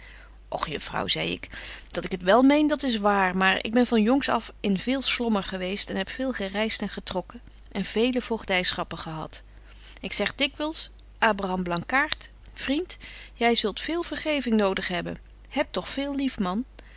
och juffrouw zei ik dat ik het wel meen dat is waar maar ik ben van jongs af in veel slommer geweest en heb veel gereist en getrokken en vele voogdyschappen gehad ik zeg dikwyls abraham blankaart vriend jy zult veel vergeving nodig hebben heb toch veel lief man